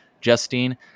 Justine